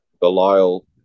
Belial